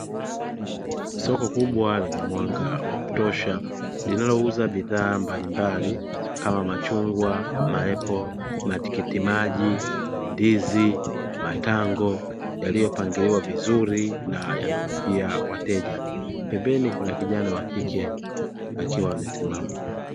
Soko kubwa lenye mwanga wa kutosha linalouza bidhaa mbalimbali kama machungwa maepo matikitimaji ndizi matango yaliyopangiwa vizuri na yanavutia wateja pembeni kuna kijana wa kike akiwa amesimama.